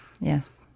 Yes